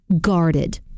guarded